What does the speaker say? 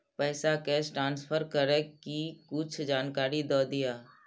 पैसा cash transfer करऐ कि कुछ जानकारी द दिअ